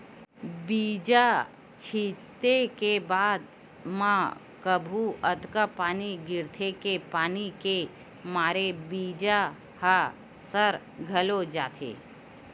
बीजा छिते के बाद म कभू अतका पानी गिरथे के पानी के मारे बीजा ह सर घलोक जाथे